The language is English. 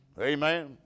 Amen